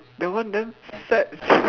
that one damn sad sia